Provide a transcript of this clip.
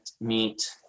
meet